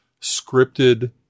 scripted